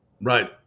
Right